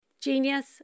genius